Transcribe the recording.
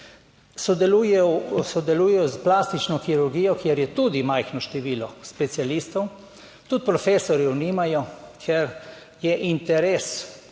sodelujejo s plastično kirurgijo, kjer je tudi majhno število specialistov. Tudi profesorjev nimajo, ker je interes